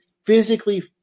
physically